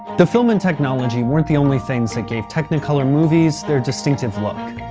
the film and technology weren't the only things that gave technicolor movies their distinctive look.